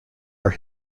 our